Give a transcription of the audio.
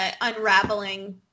unraveling